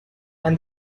and